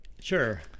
Sure